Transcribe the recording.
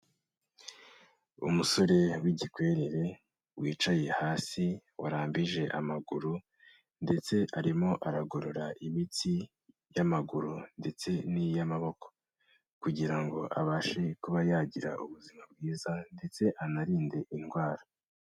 Umusore w'igikwerere, wicaye hasi warambije amaguru ndetse arimo aragorora imitsi y'amaguru ndetse n'iy'amaboko kugira ngo abashe kuba yagira ubuzima bwiza ndetse anarinde indwara.